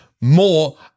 more